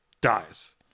dies